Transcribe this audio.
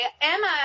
Emma